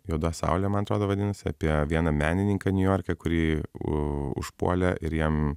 juoda saulė man atrodo vadinasi apie vieną menininką niujorke kurį užpuolė ir jam